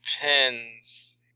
Depends